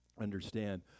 understand